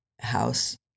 house